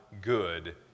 good